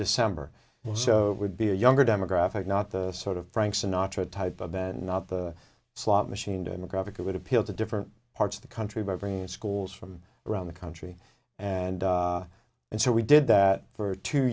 december so would be a younger demographic not the sort of frank sinatra type of band not the slot machine demographic that would appeal to different parts of the country by bringing in schools from around the country and and so we did that for two